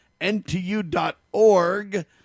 NTU.org